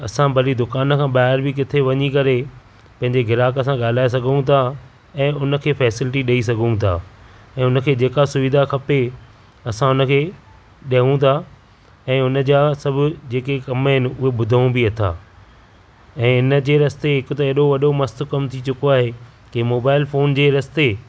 असां भली दुकान खां ॿाहिरि बि किथे वञी करे पंहिंजे ग्राहक सां ॻाल्हाए सघूं था ऐं हुन खे फैसिलिटी ॾेई सघूं था ऐं हुन खे जेका सुविधा खपे असां उन खे ॾियूं था ऐं उन जा सभु जेके कम आहिनि उहे ॿुधूं बि था ऐं हिन जे रस्ते हिकु त एॾो वॾो मस्त कमु थी चुको आहे कि मोबाइल फोन जे रस्ते